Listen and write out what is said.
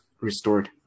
restored